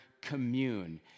commune